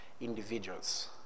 individuals